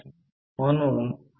5 म्हणून ∅1max 0